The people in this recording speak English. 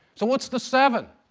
so what's the seven?